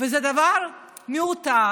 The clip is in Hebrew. וזה דבר מיותר.